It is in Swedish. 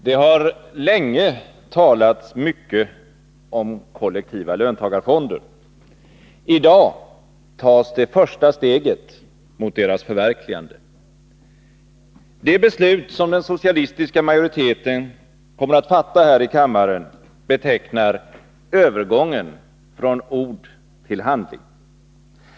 Herr talman! Det har länge talats mycket om kollektiva löntagarfonder. I dag tas det första steget mot deras förverkligande. Det beslut som den socialistiska majoriteten kommer att fatta här i kammaren betecknar övergången från ord till handling.